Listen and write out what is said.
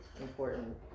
important